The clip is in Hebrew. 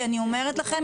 כי אני אומרת לכם,